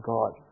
God